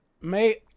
Mate